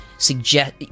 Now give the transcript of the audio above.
suggest